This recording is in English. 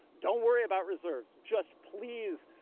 don't worry about reserves, just please,